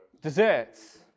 desserts